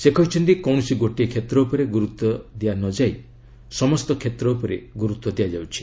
ସେ କହିଛନ୍ତି କୌଣସି ଗୋଟିଏ କ୍ଷେତ୍ର ଉପରେ ଗୁରୁତ୍ୱ ଦିଆନଯାଇ ସମସ୍ତ କ୍ଷେତ୍ର ଉପରେ ଗୁରୁତ୍ୱ ଦିଆଯାଉଛି